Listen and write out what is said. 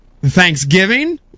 Thanksgiving